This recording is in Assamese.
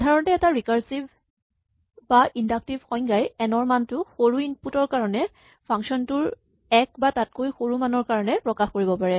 সাধাৰণতে এটা ৰিকাৰছিভ বা ইন্ডাক্টিভ সংজ্ঞাই এন ৰ মানটো সৰু ইনপুট ৰ কাৰণে ফাংচন টোৰ এক বা তাতকৈ সৰু মানৰ কাৰণে প্ৰকাশ কৰিব পাৰে